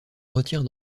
retire